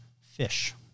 fish